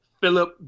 Philip